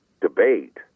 debate